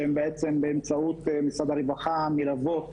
שהם בעצם באמצעות משרד הרווחה מלוות